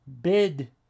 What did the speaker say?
bid